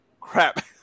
crap